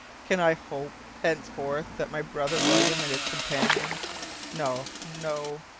can i hope henceforth that my brother william and his companions no! no!